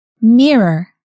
Mirror